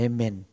Amen